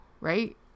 right